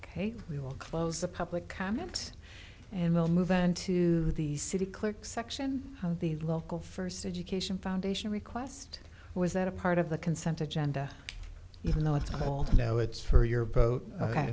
ok we will close the public comments and we'll move on to the city clerk section of the local first education foundation request was that a part of the consent agenda even though it's called no it's for your boat that